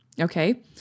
Okay